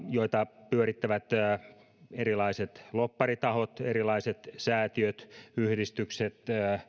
joita pyörittävät erilaiset lobbaritahot erilaiset säätiöt yhdistykset